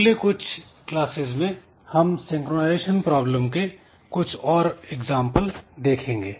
अगले कुछ क्लासेज में हम सिंक्रोनाइजेशन प्रॉब्लम के कुछ एग्जांपल देखेंगे